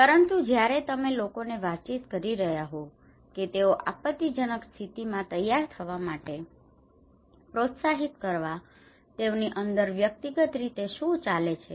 પરંતુ જ્યારે તમે લોકોને વાતચીત કરી રહ્યા હોવ કે તેઓ આપત્તિજનક સ્થિતિમાં તૈયાર થવા માટે પ્રોત્સાહિત કરવા તેઓની અંદર વ્યક્તિગત રીતે શું ચાલે છે